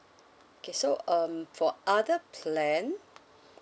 okay so um for other plan